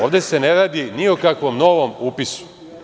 Ovde se ne radi ni o kakvom novom upisu.